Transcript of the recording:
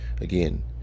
again